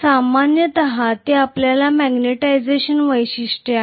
सामान्यत हे आपल्या मॅग्निटायझेशन वैशिष्ट्ये आहेत